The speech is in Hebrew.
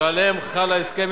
שעליהם חל ההסכם,